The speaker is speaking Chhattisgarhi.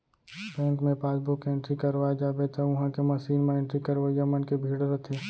बेंक मे पासबुक एंटरी करवाए जाबे त उहॉं के मसीन म एंट्री करवइया मन के भीड़ रथे